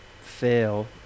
fail